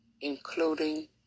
including